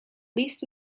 least